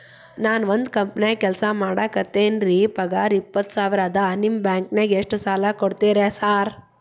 ನಾನ ಒಂದ್ ಕಂಪನ್ಯಾಗ ಕೆಲ್ಸ ಮಾಡಾಕತೇನಿರಿ ಪಗಾರ ಇಪ್ಪತ್ತ ಸಾವಿರ ಅದಾ ನಿಮ್ಮ ಬ್ಯಾಂಕಿನಾಗ ಎಷ್ಟ ಸಾಲ ಕೊಡ್ತೇರಿ ಸಾರ್?